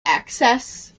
access